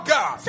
God